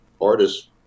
artists